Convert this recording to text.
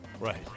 Right